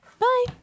Bye